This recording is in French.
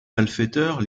malfaiteurs